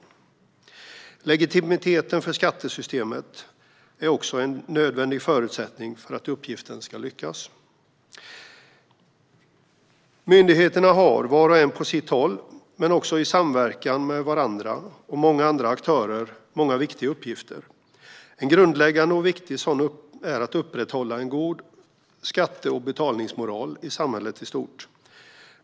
Att skattesystemet har legitimitet är också en nödvändig förutsättning för att uppgiften ska kunna utföras med framgång. Myndigheterna har många viktiga uppgifter, både var och en på sitt håll och i samverkan med varandra och med många andra aktörer. En grundläggande sådan är att upprätthålla en god skatte och betalningsmoral i samhället i stort.